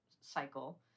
cycle